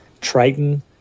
Triton